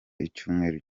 icyumweru